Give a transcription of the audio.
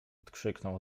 odkrzyknął